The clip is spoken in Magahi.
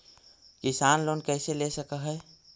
किसान लोन कैसे ले सक है?